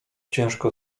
ciężko